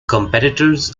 competitors